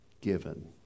given